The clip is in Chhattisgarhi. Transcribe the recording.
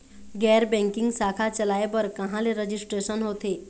गैर बैंकिंग शाखा चलाए बर कहां ले रजिस्ट्रेशन होथे?